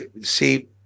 See